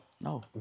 No